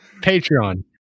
Patreon